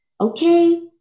Okay